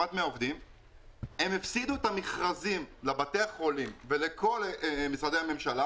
הם הפסידו מכרזים לבתי חולים ולכל משרדי הממשלה